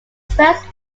first